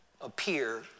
appear